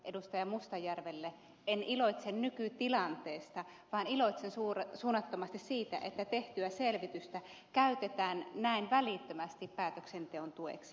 mustajärvelle että en iloitse nykytilanteesta vaan iloitsen suunnattomasti siitä että tehtyä selvitystä käytetään näin välittömästi päätöksenteon tueksi